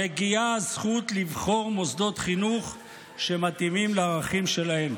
מגיעה הזכות לבחור מוסדות חינוך שמתאימים לערכים שלהם.